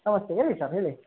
ನಮಸ್ತೆ ಹೇಳಿ ಸರ್ ಹೇಳಿ